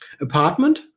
apartment